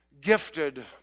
gifted